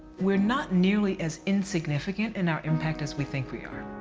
we are not nearly as insignificant in our impact, as we think we are.